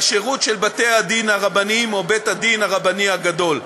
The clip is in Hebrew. לשירות של בתי-הדין הרבניים או בית-הדין הרבני הגדול.